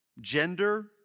gender